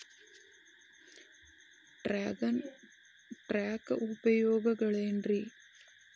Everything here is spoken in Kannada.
ಡ್ರ್ಯಾಗನ್ ಟ್ಯಾಂಕ್ ಉಪಯೋಗಗಳೆನ್ರಿ?